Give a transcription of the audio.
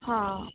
हां